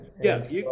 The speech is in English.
Yes